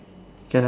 can ah